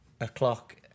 o'clock